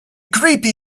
creepy